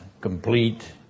complete